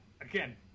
Again